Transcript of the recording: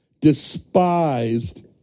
despised